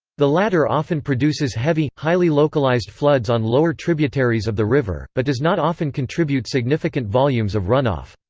the latter often produces heavy, highly localized floods on lower tributaries of the river, but does not often contribute significant volumes of runoff.